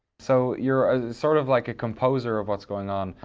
so you're sort of like a composer of what's going on,